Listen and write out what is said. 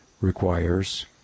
requires